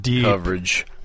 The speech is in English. coverage